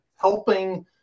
helping